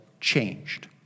changed